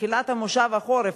בתחילת מושב החורף,